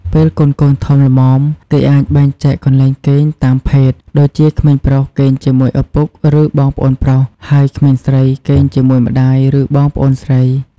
ពេលកូនៗធំល្មម គេអាចបែងចែកកន្លែងគេងតាមភេទ ដូចជាក្មេងប្រុសគេងជាមួយឪពុក ឬបងប្អូនប្រុស ហើយក្មេងស្រីគេងជាមួយម្តាយ ឬបងប្អូនស្រី។